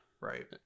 Right